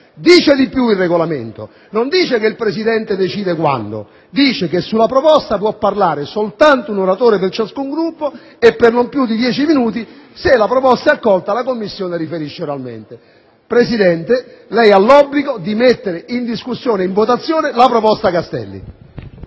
Dunque, il Regolamento non dice che è il Presidente a decidere il quando. Aggiunge che: «Sulla proposta può parlare soltanto un oratore per ciascun Gruppo e per non più di dieci minuti. Se la proposta è accolta, la Commissione può riferire oralmente». Presidente, lei ha l'obbligo di mettere in discussione e in votazione la proposta di